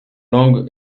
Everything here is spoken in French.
longues